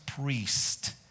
priest